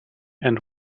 and